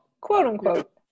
quote-unquote